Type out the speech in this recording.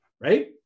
right